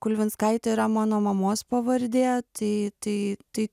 kulvinskaitė yra mano mamos pavardė tai tai tai